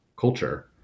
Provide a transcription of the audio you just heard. culture